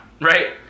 right